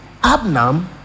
Abnam